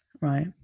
right